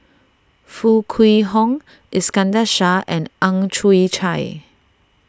Foo Kwee Horng Iskandar Shah and Ang Chwee Chai